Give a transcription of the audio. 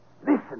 Listen